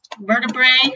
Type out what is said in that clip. vertebrae